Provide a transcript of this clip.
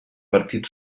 partit